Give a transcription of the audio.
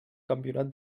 campionat